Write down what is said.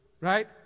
right